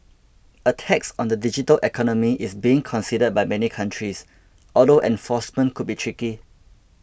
a tax on the digital economy is being considered by many countries although enforcement could be tricky